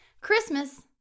Christmas